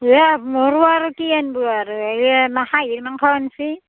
দিয়া মোৰো আৰু কি আনিব আৰু এই আমাৰ খাহী মাংস আনছি